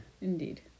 indeed